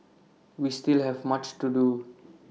we still have much to do